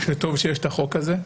שטוב שיש את החוק הזה.